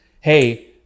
hey